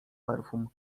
perfum